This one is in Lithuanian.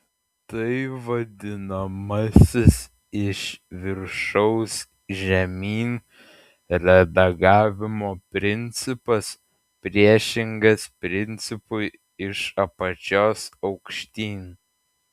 tai vadinamasis iš viršaus žemyn redagavimo principas priešingas principui iš apačios aukštyn